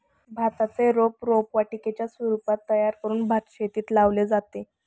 भाताचे रोप रोपवाटिकेच्या स्वरूपात तयार करून भातशेतीत लावले जाते